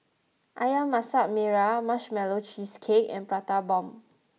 Ayam Masak Merah Marshmallow Cheesecake and Prata Bomb